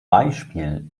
beispiel